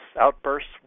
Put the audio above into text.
outbursts